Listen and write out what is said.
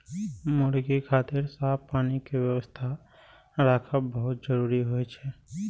मुर्गी खातिर साफ पानी के व्यवस्था राखब बहुत जरूरी होइ छै